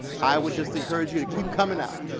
i would just encourage you to keep coming out.